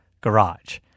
garage